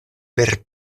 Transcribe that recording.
per